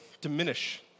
diminish